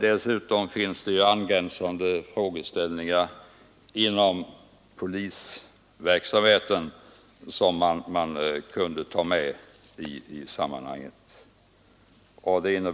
Dessutom finns det angränsande frågeställningar inom polisverksamheten som man kan ta med i sammanhanget. Herr talman!